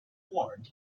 warned